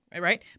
right